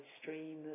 stream